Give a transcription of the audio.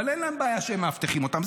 אבל אין להם בעיה שהם מאבטחים אותם.